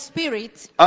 Spirit